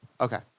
Okay